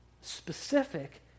specific